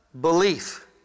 belief